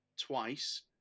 twice